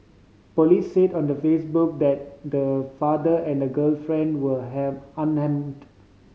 police said on the Facebook that the father and the girlfriend were unharmed